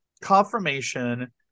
confirmation